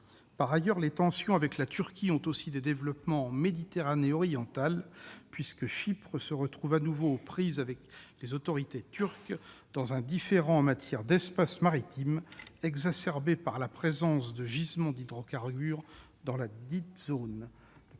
Par ailleurs, les tensions avec la Turquie ont aussi des développements en Méditerranée orientale, puisque Chypre se retrouve à nouveau aux prises avec les autorités turques dans un différend en matière d'espaces maritimes, exacerbé par la présence de gisements d'hydrocarbures dans ladite zone. Depuis